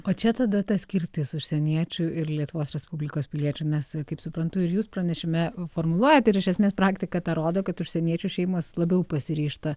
o čia tada ta skirtis užsieniečių ir lietuvos respublikos piliečių nes kaip suprantu ir jūs pranešime formuluojat ir iš esmės praktika ta rodo kad užsieniečių šeimas labiau pasiryžta